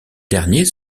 derniers